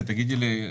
ותגידי לי,